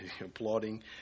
applauding